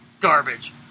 Garbage